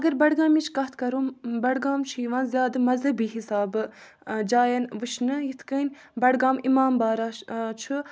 اگر بڈگامٕچ کتھ کرو بڈگام چھُ یِوان زیادٕ مذہبی حسابہٕ جاین وٕچھنہٕ یِتھ کٔنۍ بڈگام اِمام بارا چھُ